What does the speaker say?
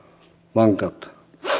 vankeutta